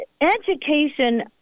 education